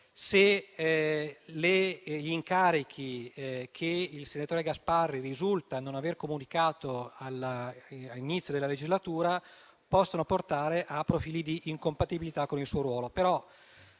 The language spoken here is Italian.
se gli incarichi che il senatore Gasparri risulta non aver comunicato all'inizio della legislatura possono portare a profili di incompatibilità con il suo ruolo.